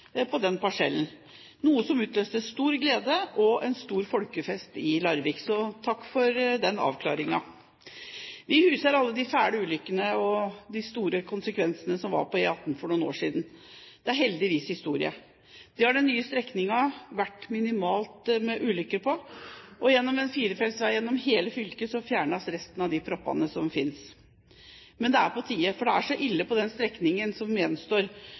på den parsellen, noe som utløste stor glede og en stor folkefest i Larvik. Så takk for den avklaringen! Vi husker alle de fæle ulykkene med store konsekvenser som var på E18 for noen år siden. Det er heldigvis historie. Det har på de nye strekningene vært minimalt med ulykker, og med en firefeltsvei gjennom hele fylket fjernes resten av de proppene som finnes. Men det er på tide, for det er så ille på den strekningen som gjenstår,